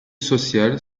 social